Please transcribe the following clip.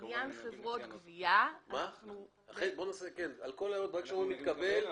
כל הערה שמתקבלת,